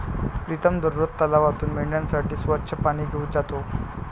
प्रीतम दररोज तलावातून मेंढ्यांसाठी स्वच्छ पाणी घेऊन जातो